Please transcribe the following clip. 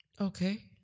Okay